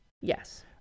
Yes